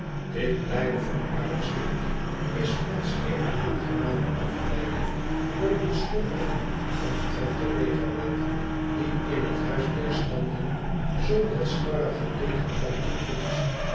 dit blijde vooruitzicht is ons eene aangename afleiding voor de beslommeringen omtrent de legerwet die in het huis der standen zoo halsstarrige tegenkanting vindt